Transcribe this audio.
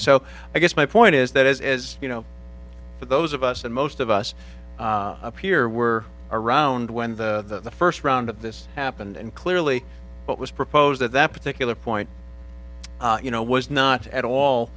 so i guess my point is that as you know for those of us and most of us up here were around when the first round of this happened and clearly what was proposed at that particular point you know was not at all